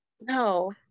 no